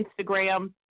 Instagram